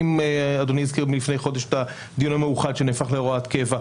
אדוני הזכיר מלפני חודש את --- המאוחד שנהפך להוראת קבע,